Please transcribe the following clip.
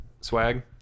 swag